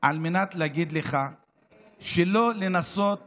להגיד לך לא לנסות